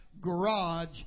garage